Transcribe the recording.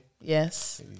Yes